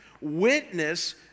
Witness